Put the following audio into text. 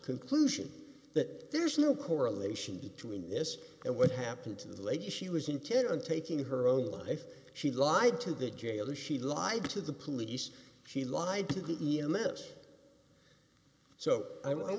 conclusion that there's no correlation between this and what happened to the lady she was intent on taking her own life she lied to the jailer she lied to the police she lied to the e m s so i